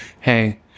hey